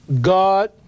God